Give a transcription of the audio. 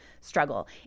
struggle